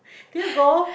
can you go